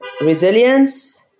resilience